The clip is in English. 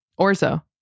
orzo